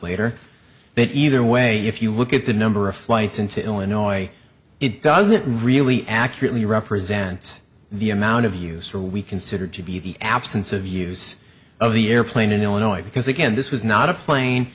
later but either way if you look at the number of flights into illinois it doesn't really accurately represent the amount of use are we considered to be the absence of use of the airplane in illinois because again this was not a plane